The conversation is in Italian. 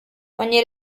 ogni